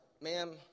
ma'am